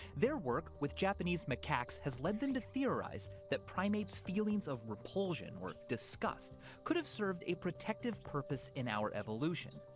their work with japanese macaques has led them to theorize that primates' feelings of repulsion or disgust could have served a protective purpose in our evolution.